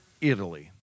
Italy